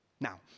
Now